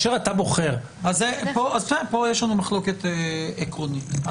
אז פה יש לנו מחלוקת עקרונית.